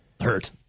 hurt